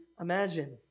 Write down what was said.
imagine